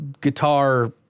guitar